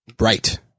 Right